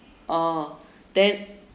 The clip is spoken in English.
orh then